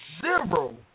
zero